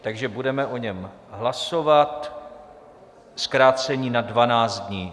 Takže budeme o něm hlasovat, zkrácení na dvanáct dní.